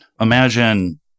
imagine